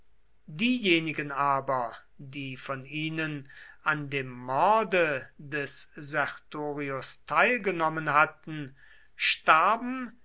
diejenigen aber die von ihnen an dem morde des sertorius teilgenommen hatten starben